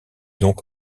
donc